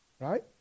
Right